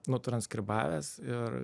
nutranskribavęs ir